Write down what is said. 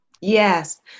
Yes